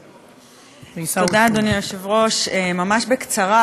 תודה, אדוני היושב-ראש, ממש בקצרה.